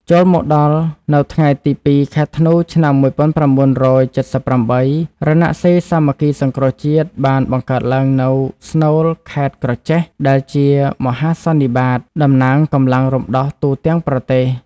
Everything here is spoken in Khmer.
ចូលមកដល់នៅថ្ងៃទី ២ ខែធ្នូ ឆ្នាំ១៩៧៨ រណសិរ្សសាមគ្គីសង្គ្រោះជាតិបានបង្កើតឡើងនៅ ស្នួល ខេត្ត ក្រចេះ ដែលជាមហាសន្និបាត តំណាងកម្លាំងរំដោះទូទាំងប្រទេស ។